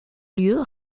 lieu